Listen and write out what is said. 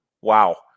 Wow